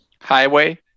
Highway